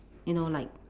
you know like